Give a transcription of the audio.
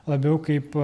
labiau kaip